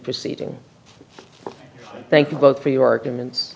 proceeding thank you both for your arguments